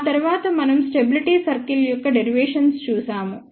ఆ తర్వాత మనం స్టెబిలిటీ సర్కిల్స్ యొక్క డెరివేషన్ చూశాము